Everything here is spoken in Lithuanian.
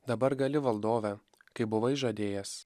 dabar gali valdove kaip buvai žadėjęs